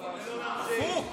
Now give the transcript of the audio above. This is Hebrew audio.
תן לו להמשיך.